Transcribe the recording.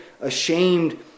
ashamed